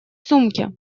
сумке